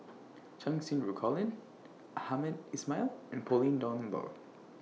Cheng Xinru Colin Hamed Ismail and Pauline Dawn Loh